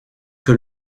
que